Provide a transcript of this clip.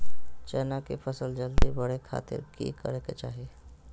चना की फसल जल्दी बड़े खातिर की करे के चाही?